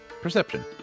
Perception